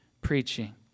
preaching